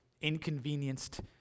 inconvenienced